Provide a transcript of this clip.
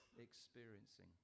experiencing